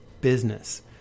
business